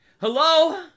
Hello